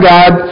God